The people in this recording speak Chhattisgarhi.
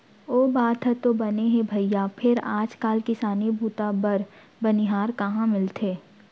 ओ बात ह तो बने हे भइया फेर आज काल किसानी बूता बर बनिहार कहॉं मिलथे?